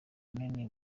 runini